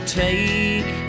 take